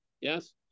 yes